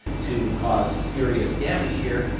to cause serious damage here,